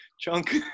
Chunk